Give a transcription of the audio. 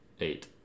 Eight